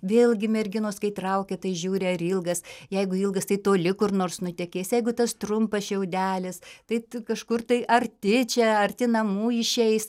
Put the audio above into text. vėlgi merginos kai traukia tai žiūri ar ilgas jeigu ilgas tai toli kur nors nutekės jeigu tas trumpas šiaudelis tai kažkur tai arti čia arti namų išeis